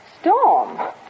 Storm